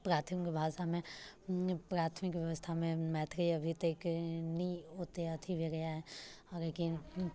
प्राथमिक भाषामे प्राथमिक व्यवस्थामे मैथिली अभी तक नहि ओतेक अथी भेलैया लेकिन